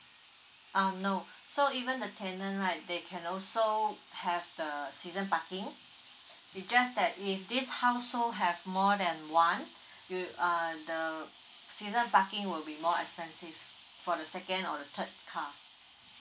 um no so even the tenant right they can also have the season parking it's just that if this household have more than one you err the season parking would be more expensive for the second or the third car